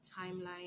timeline